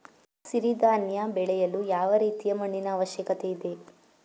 ಸಿರಿ ಧಾನ್ಯ ಬೆಳೆಯಲು ಯಾವ ರೀತಿಯ ಮಣ್ಣಿನ ಅವಶ್ಯಕತೆ ಇದೆ?